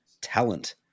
talent